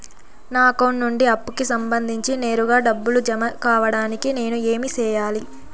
నా అకౌంట్ నుండి అప్పుకి సంబంధించి నేరుగా డబ్బులు జామ కావడానికి నేను ఏమి సెయ్యాలి?